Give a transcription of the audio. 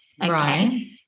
Right